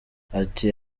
ati